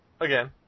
again